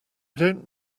don’t